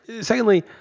Secondly